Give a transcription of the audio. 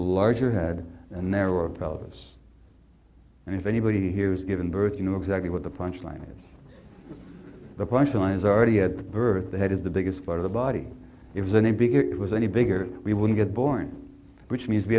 larger had a narrower pelvis and if anybody here is given birth you know exactly what the punch line is the punch line is already at birth the head is the biggest part of the body isn't a big it was any bigger we would get born which means we